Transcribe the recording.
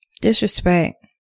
Disrespect